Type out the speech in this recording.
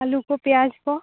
ᱟᱹᱞᱩ ᱠᱚ ᱯᱮᱭᱟᱡ ᱠᱚ